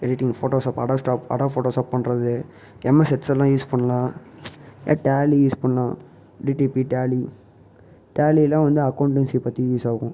editing Photoshop அடஸ்டாப் Adobe Photoshop பண்ணுறது MS எக்ஸல்லாம் யூஸ் பண்ணலாம் டேலி யூஸ் பண்ணலாம் டிடிபி டேலி டேலிலாம் வந்து அக்கொண்டன்சி பற்றி யூஸ்சாகும்